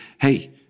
hey